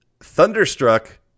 Thunderstruck